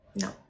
no